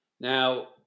Now